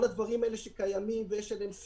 כל הדברים האלה קיימים ויש עליהם שיח,